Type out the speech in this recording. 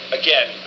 again